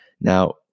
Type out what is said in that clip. Now